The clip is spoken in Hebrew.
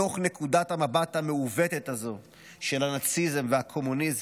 מתוך נקודת המבט המעוותת הזאת של הנאציזם והקומוניזם,